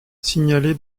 signalé